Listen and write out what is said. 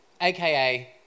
AKA